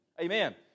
Amen